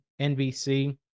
NBC